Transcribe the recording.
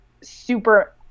super